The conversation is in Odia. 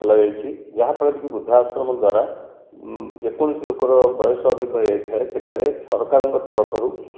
ଖୋଲାଯାଇଛି ଯାହା ଫଳରେ କି ବୃଦ୍ଧାଶ୍ରମ ଦ୍ଵାରା ଯେକୌଣସି ଲୋକର ବୟସ ଅଧିକ ହୋଇଯାଇଥାଏ ସେଠାରେ ସରକାରଙ୍କ ତରଫରୁ